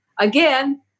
Again